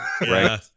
right